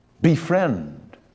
Befriend